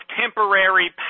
temporary